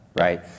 right